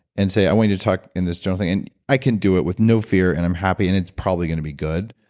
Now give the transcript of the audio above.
and say, i want you to talk in this general thing, and i can do it with no fear and i'm happy, and it's probably going to be good,